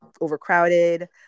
overcrowded